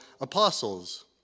apostles